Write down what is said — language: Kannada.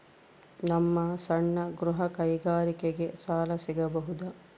ನಮ್ಮ ಸಣ್ಣ ಗೃಹ ಕೈಗಾರಿಕೆಗೆ ಸಾಲ ಸಿಗಬಹುದಾ?